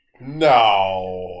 No